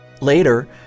Later